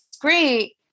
great